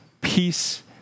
peace